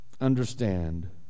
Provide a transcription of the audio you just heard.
understand